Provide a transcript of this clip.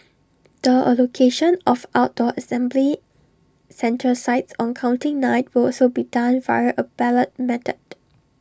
the allocation of outdoor assembly centre sites on counting night will also be done via A ballot method